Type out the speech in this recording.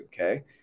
okay